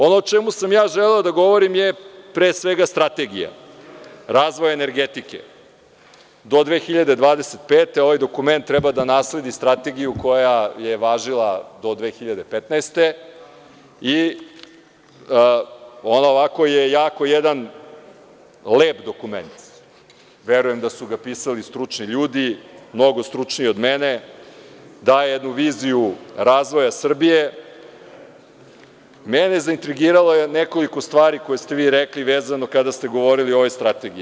Ono o čemu sam ja želeo da govorim jeste strategija, razvoj energetike, do 2025. godine ovaj dokument treba da nasledi strategiju koja je važila do 2015. godine i ona je ovako jedan lep dokument, verujem da su ga pisali stručni ljudi, mnogo stručniji od mene, daje jednu viziju razvoja Srbije, a mene je zaintrigiralo nekoliko stvari koje ste vi rekli vezano kada ste govorili o ovoj strategiji.